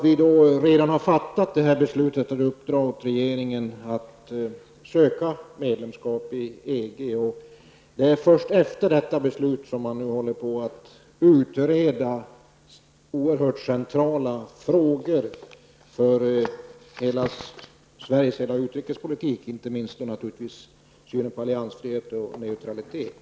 Vi har redan fattat beslutet att uppdra åt regeringen att söka medlemskap i EG, och det är först efter detta beslut som man nu håller på att utreda oerhört centrala frågor för Sveriges hela utrikespolitik, inte minst synen på alliansfrihet och neutralitet.